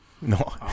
No